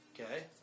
okay